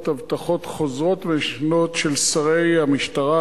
הבטחות חוזרות ונשנות של שרי המשטרה,